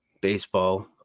baseball